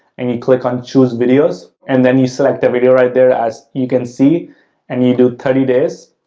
and you click on choose videos, and then you select a video right there as you can see and you do thirty days,